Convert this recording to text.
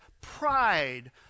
pride